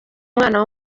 umwana